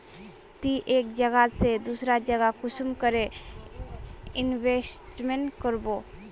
ती एक जगह से दूसरा जगह कुंसम करे इन्वेस्टमेंट करबो?